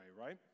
right